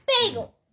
Bagel